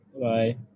Bye